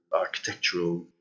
architectural